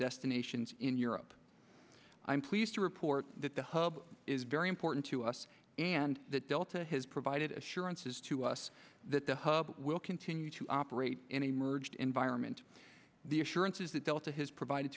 destinations in europe i'm pleased to report that the hub is very important to us and that delta has provided assurances to us that the hub will continue to operate in a merged environment the assurances that delta has provided